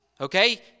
Okay